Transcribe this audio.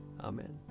Amen